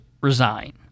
resign